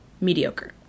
mediocre